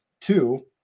Two